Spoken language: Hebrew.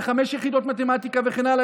חמש יחידות מתמטיקה וכן הלאה.